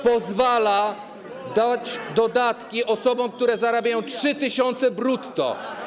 pozwala dać dodatki osobom, które zarabiają 3 tys. brutto.